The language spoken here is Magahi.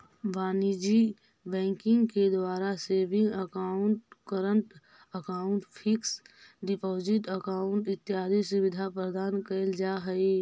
वाणिज्यिक बैंकिंग के द्वारा saving account, current account, fix deposit account इत्यादि सुविधा प्रदान कैल जा हइ